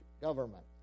government